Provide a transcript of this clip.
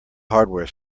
hardware